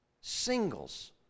singles